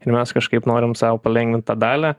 ir mes kažkaip norim sau palengvint tą dalį